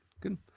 Good